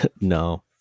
No